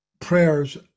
prayers